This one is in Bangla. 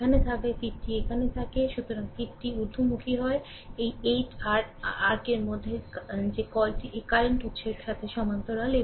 এখানে থাকলে তীরটি এখানে থাকে সুতরাং তীরটি ঊর্ধ্বমুখী হয় সুতরাং এই 8 r আরকের মধ্যে যে কলটি এই কারেন্ট উৎসের সাথে সমান্তরাল